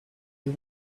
you